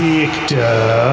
Victor